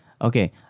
okay